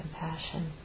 compassion